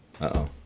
Uh-oh